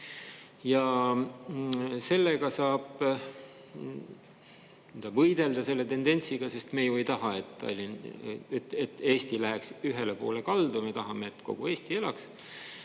Ja sellega saab võidelda, selle tendentsiga – sest me ju ei taha, et Eesti läheks ühele poole kaldu, me tahame, et kogu Eesti elaks